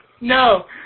No